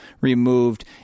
removed